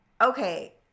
okay